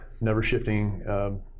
never-shifting